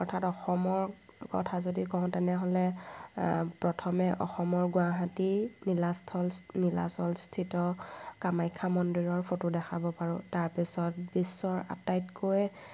অৰ্থাৎ অসমৰ কথা যদি কওঁ তেনেহ'লে আ প্ৰথমে অসমৰ গুৱাহাটী নীলাস্থল নীলাচলস্থিত কামাখ্যা মন্দিৰৰ ফটো দেখাব পাৰোঁ তাৰপিছত বিশ্বৰ আটাইতকৈ